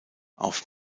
auf